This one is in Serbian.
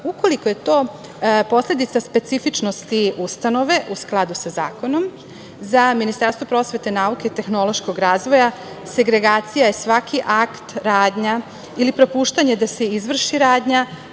ukoliko je to posledica specifičnosti ustanove u skladu sa zakonom. Za Ministarstvo prosvete, nauke i tehnološkog razvoja segregacija je svaki akt, radnja ili propuštanje da se izvrši radnja,